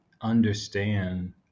understand